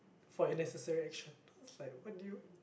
for your necessary action that's like what do you